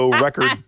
record